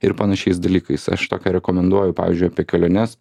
ir panašiais dalykais aš tokią rekomenduoju pavyzdžiui apie keliones